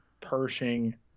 Pershing